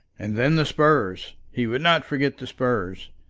and then the spurs! he would not forget the spurs.